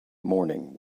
morning